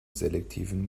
selektiven